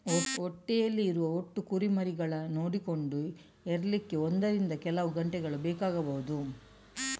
ಹೊಟ್ಟೆಯಲ್ಲಿ ಇರುವ ಒಟ್ಟು ಕುರಿಮರಿಗಳನ್ನ ನೋಡಿಕೊಂಡು ಹೆರ್ಲಿಕ್ಕೆ ಒಂದರಿಂದ ಕೆಲವು ಗಂಟೆಗಳು ಬೇಕಾಗ್ಬಹುದು